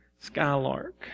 skylark